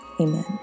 Amen